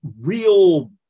real